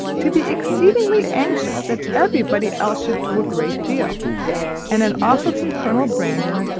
to be exceedingly anxious that everybody else should do a great deal and an offer from colonel brandon,